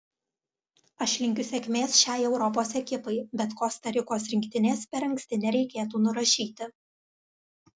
aš linkiu sėkmės šiai europos ekipai bet kosta rikos rinktinės per anksti nereikėtų nurašyti